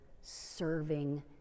serving